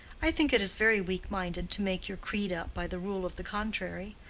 i think it is very weak-minded to make your creed up by the rule of the contrary.